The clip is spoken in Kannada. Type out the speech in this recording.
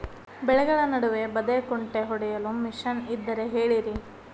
ಬೆಳೆಗಳ ನಡುವೆ ಬದೆಕುಂಟೆ ಹೊಡೆಯಲು ಮಿಷನ್ ಇದ್ದರೆ ಹೇಳಿರಿ